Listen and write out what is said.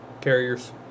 Carriers